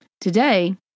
Today